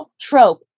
trope